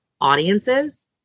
audiences